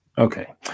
Okay